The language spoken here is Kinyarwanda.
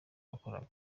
wakoraga